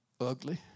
ugly